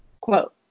Quote